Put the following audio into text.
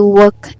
work